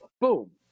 Boom